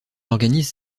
organise